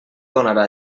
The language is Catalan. donarà